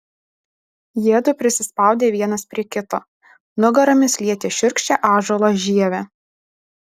jiedu prisispaudė vienas prie kito nugaromis lietė šiurkščią ąžuolo žievę